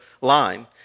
line